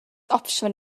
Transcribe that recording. opsiwn